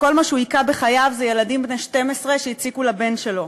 וכל מה שהוא הכה בחייו זה ילדים בני 12 שהציקו לבן שלו,